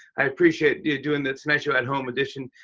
i appreciate you doing the tonight show at-home edition.